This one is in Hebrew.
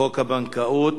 הצעת חוק הבנקאות,